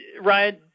Ryan –